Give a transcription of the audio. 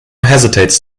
hesitates